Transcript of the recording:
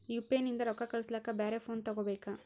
UPI ನಿಂದ ರೊಕ್ಕ ಕಳಸ್ಲಕ ಬ್ಯಾರೆ ಫೋನ ತೋಗೊಬೇಕ?